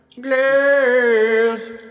glass